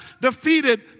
defeated